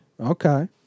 Okay